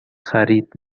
خرید